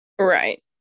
Right